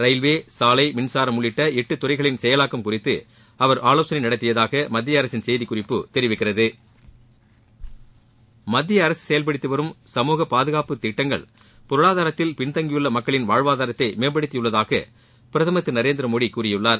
railway சாலை மின்சாரம் உள்ளிட்ட எட்டு துறைகளின் செயலாக்கம் குறித்து அவர் ஆலோசனை நடத்தியதாக மத்தியஅரசின் செய்திக்குறிப்பு தெரிவிக்கிறது மத்தியஅரசு செயல்படுத்திவரும் சமூக பாதுகாப்பு திட்டங்கள் பொருளாதாரத்தில் பின்தங்கியுள்ள மக்களின் வாழ்வாதாரத்தை மேம்படுத்தியுள்ளதாக பிரதமர் திரு நரேந்திரமோடி கூறியுள்ளார்